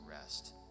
rest